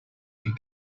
could